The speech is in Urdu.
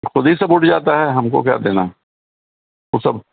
خود ہی سب اٹھ جاتا ہے ہم کو کیا دینا وہ سب